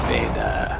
Vader